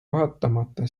vaatamata